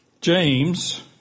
James